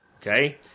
Okay